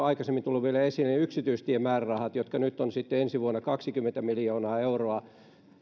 aikaisemmin tulleet vielä esille yksityistiemäärärahat jotka nyt ovat sitten ensi vuonna kaksikymmentä miljoonaa euroa